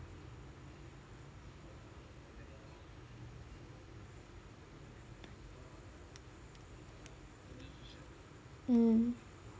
mm